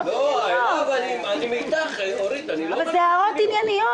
תשובה, תענה לה.